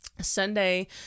sunday